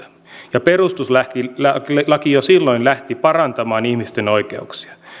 ja perustuslaki jo silloin lähti parantamaan ihmisten oikeuksia